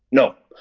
no!